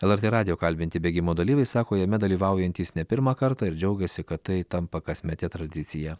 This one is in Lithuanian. lrt radijo kalbinti bėgimo dalyviai sako jame dalyvaujantys ne pirmą kartą ir džiaugiasi kad tai tampa kasmete tradicija